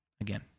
again